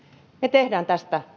me teemme tästä